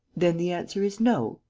then the answer is no?